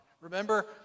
Remember